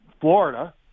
Florida